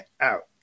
out